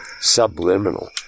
subliminal